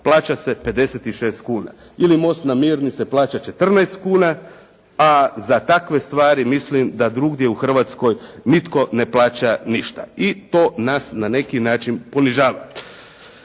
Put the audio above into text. plaća se 56 kuna, ili most na Mirni se plaća 14 kuna, a za takve stvari mislim da drugdje u Hrvatskoj nitko ne plaća ništa i to nas na neki način ponižava.